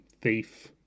Thief